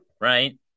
right